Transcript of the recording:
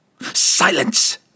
Silence